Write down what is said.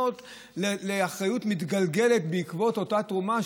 שתהיה גם אחריות מתגלגלת בעקבות אותה תרומה,